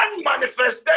manifestation